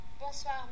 Bonsoir